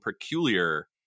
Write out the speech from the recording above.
Peculiar